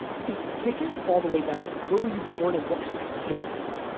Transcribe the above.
steph, take it all the way back. where were you born and what kind of kid were you?